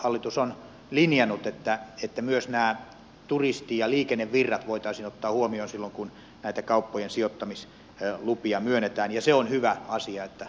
hallitus on linjannut että myös nämä turisti ja liikennevirrat voitaisiin ottaa huomioon silloin kun näitä kauppojen sijoittamislupia myönnetään ja se on hyvä asia että ne otetaan huomioon